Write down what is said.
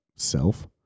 self